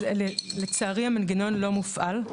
לצערי, המנגנון לא מופעל,